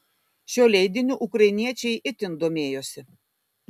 šiuo leidiniu ukrainiečiai itin domėjosi